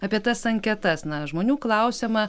apie tas anketas na žmonių klausiama